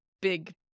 big